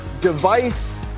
device